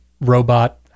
robot